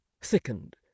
thickened